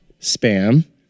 Spam